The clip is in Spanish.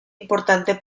importante